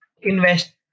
invest